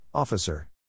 Officer